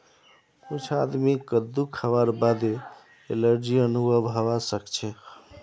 कुछ आदमीक कद्दू खावार बादे एलर्जी अनुभव हवा सक छे